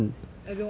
oh you don't want ah